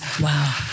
Wow